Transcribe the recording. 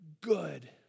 good